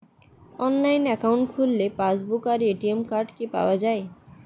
Online account খুললে passbook আর ATM card কি পাওয়া যায়?